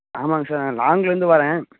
ஆமாங்க சார் நான் லாங்கிலேருந்து வரேன்